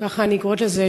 כך אני קוראת לזה,